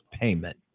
payment